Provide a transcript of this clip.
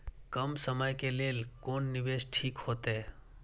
कम समय के लेल कोन निवेश ठीक होते?